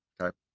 okay